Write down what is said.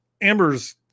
Amber's